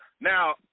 Now